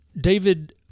David